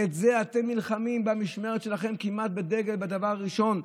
ובזה אתם נלחמים במשמרת שלכם, כמעט כדבר הראשון.